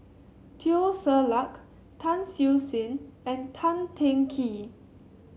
Teo Ser Luck Tan Siew Sin and Tan Teng Kee